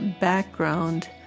background